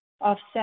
offset